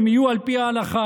הם יהיו על פי ההלכה.